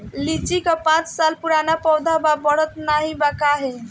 लीची क पांच साल पुराना पौधा बा बढ़त नाहीं बा काहे?